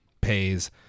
pays